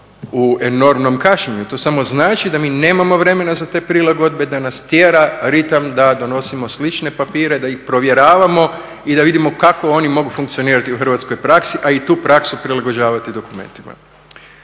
u enormnom kašnjenju, to samo znači da mi nemamo vremena za te prilagodbe, da nas tjera ritam da donosimo slične papire, da ih provjeravamo i da vidimo kako oni mogu funkcionirati u hrvatskoj praksi a i tu praksu prilagođavati dokumentima.